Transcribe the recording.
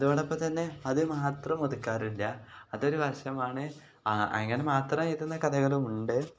അതോടൊപ്പം തന്നെ അത് മാത്രം ഒതുക്കാറില്ല അതൊരു വശമാണ് അങ്ങനെ മാത്രം എഴുതുന്ന കഥകളുമുണ്ട്